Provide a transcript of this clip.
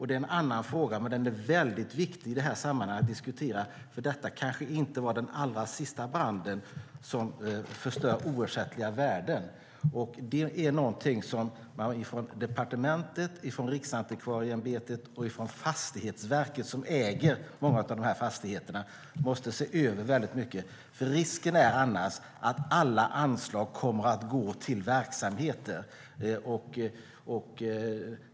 Det är en annan fråga, men den är väldigt viktig i det här sammanhanget, för detta är nog inte den sista brand som förstör oersättliga värden. Detta är något som man från departementet, Riksantikvarieämbetet och Fastighetsverket, som ju äger många av dessa fastigheter, måste se över. Risken är annars att alla anslag kommer att gå till verksamheter.